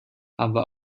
aber